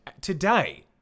Today